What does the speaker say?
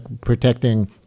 protecting